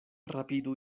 rapidu